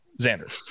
Xander